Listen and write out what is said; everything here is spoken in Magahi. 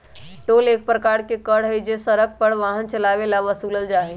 टोल एक प्रकार के कर हई जो हम सड़क पर वाहन चलावे ला वसूलल जाहई